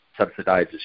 subsidizes